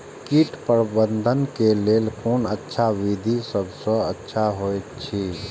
कीट प्रबंधन के लेल कोन अच्छा विधि सबसँ अच्छा होयत अछि?